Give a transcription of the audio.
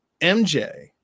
MJ